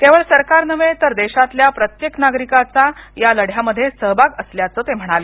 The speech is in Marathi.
केवळ सरकार नव्हे तर देशातल्या प्रत्येक नागरिकाचा या लढ्यामध्ये सहभाग असल्याचं ते म्हणाले